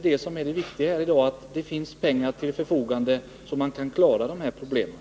Det viktiga här i dag är att det finns pengar till förfogande för att klara problemen.